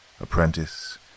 Apprentice